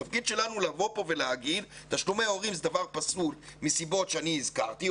התפקיד שלנו הוא להגיד תשלומי הורים זה דבר פסול מסיבות שאני הזכרתי,